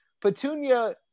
Petunia